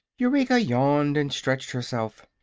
eureka yawned and stretched herself.